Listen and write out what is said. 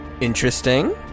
Interesting